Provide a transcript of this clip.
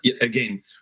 again